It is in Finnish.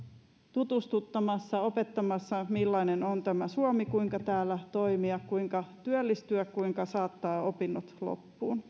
tutustuttamassa ja opettamassa millainen on tämä suomi kuinka täällä toimia kuinka työllistyä kuinka saattaa opinnot loppuun